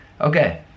Okay